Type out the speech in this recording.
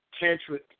tantric